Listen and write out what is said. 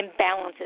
imbalances